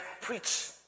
preach